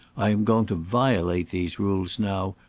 i am going to violate these rules now,